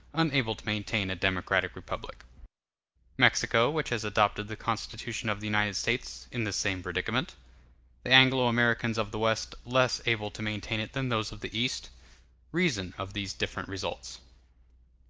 unable to maintain a democratic republic mexico, which has adopted the constitution of the united states, in the same predicament the anglo-americans of the west less able to maintain it than those of the east reason of these different results.